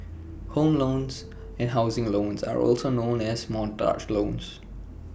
home loans and housing loans are also known as mortgage loans